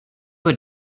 were